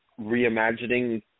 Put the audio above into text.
reimagining